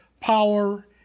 power